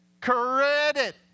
credit